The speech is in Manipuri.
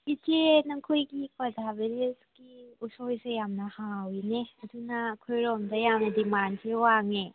ꯏꯆꯦ ꯅꯈꯣꯏꯒꯤ ꯀ꯭ꯋꯥꯊꯥ ꯕꯤꯂꯦꯁꯀꯤ ꯎꯁꯣꯏꯁꯦ ꯌꯥꯝꯅ ꯍꯥꯎꯏꯅꯦ ꯑꯗꯨꯅ ꯑꯩꯈꯣꯏꯔꯣꯝꯗ ꯌꯥꯝꯅ ꯗꯤꯃꯥꯟꯁꯤ ꯋꯥꯡꯉꯦ